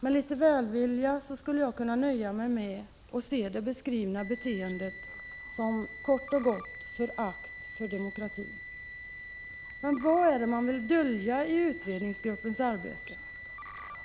Med litet välvilja skulle jag kunna nöja mig med att se det beskrivna beteendet kort och gott som förakt för demokratin. Vad är det man vill dölja i utredningsgruppens arbete?